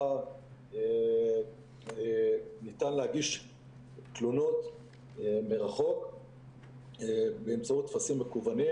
ניתן להגיש תלונות מרחוק באמצעות טפסים מקוונים.